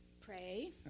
pray